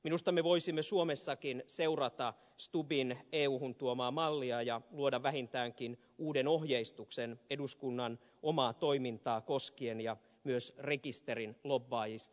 minusta me voisimme suomessakin seurata stubbin euhun tuomaa mallia ja luoda vähintäänkin uuden ohjeistuksen eduskunnan omaa toimintaa koskien ja myös rekisterin lobbaajista